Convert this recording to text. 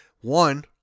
one